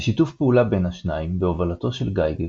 בשיתוף פעולה בין השניים, בהובלתו של גייגקס,